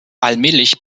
allmählich